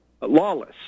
Lawless